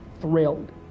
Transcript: thrilled